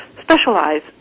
specialize